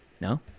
No